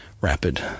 rapid